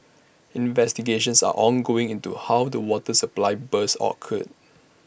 investigations are ongoing into how the water supply burst occurred